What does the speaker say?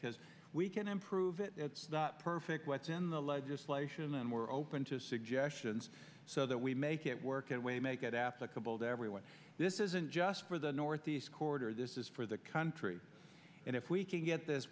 because we can improve it it's not perfect what's in the legislation and we're open to suggestions so that we make it work in a way make it applicable to everyone this isn't just for the northeast corridor this is for the country and if we can get this